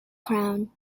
crown